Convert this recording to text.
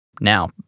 Now